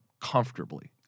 comfortably